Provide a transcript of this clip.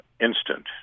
instant